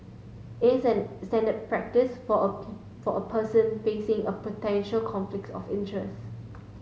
isn't the standard practice for a people for a person facing a potential conflict of interest